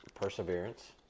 perseverance